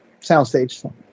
soundstage